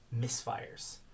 misfires